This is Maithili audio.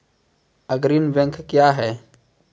अग्रणी बैंक क्या हैं?